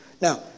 Now